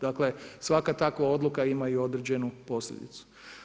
Dakle, svaka takva odluka ima i određenu posljedicu.